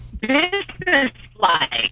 business-like